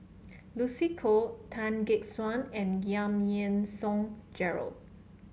Lucy Koh Tan Gek Suan and Giam Yean Song Gerald